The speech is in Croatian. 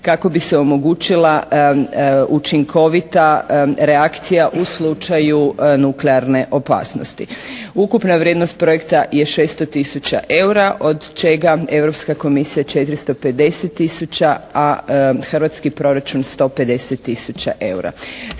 kako bi se omogućila učinkovita reakcija u slučaju nuklearne opasnosti. Ukupna vrijednost projekta je 600 tisuća eura, od čega Europske komisija 450 tisuća, a hrvatski proračun 150 tisuća eura.